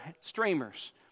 streamers